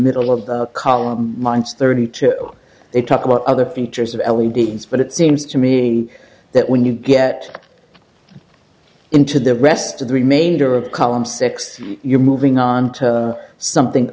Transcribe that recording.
middle of the column minds thirty two they talk about other features of l e d s but it seems to me that when you get into the rest of the remainder of column six you're moving on to something